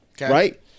Right